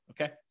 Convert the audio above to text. okay